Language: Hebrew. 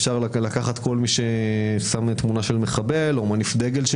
אפשר לקחת כל מי ששם תמונה של מחבל או מניף דגל של